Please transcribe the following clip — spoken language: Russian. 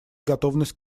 готовность